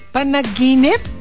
Panaginip